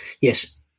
yes